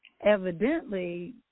evidently